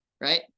right